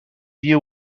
view